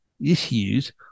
Issues